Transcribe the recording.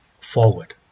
forward